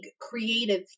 creative